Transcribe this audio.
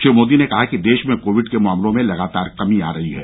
श्री मोदी ने कहा कि देश में कोविड के मामलों में लगातार कमी आ रही है